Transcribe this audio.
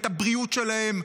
את הבריאות שלהם,